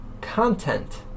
content